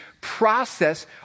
process